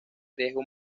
riesgo